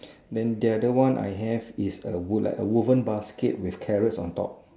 then the other one I have is a wood like a wooden basket with carrots on top